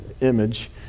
image